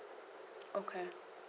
okay